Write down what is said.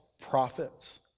prophets